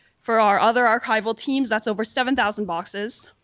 for our other archival teams, that's over seven thousand boxes.